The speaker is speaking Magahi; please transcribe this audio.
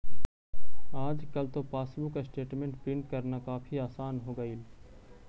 आजकल तो पासबुक स्टेटमेंट प्रिन्ट करना काफी आसान हो गईल